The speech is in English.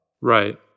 Right